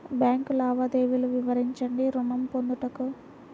Bank లావాదేవీలు వివరించండి ఋణము పొందుటకు?